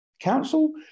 Council